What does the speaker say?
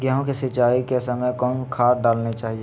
गेंहू के सिंचाई के समय कौन खाद डालनी चाइये?